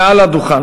מעל הדוכן.